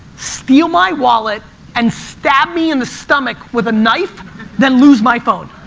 steal my wallet and stab me in the stomach with a knife than lose my phone.